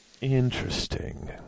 Interesting